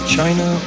China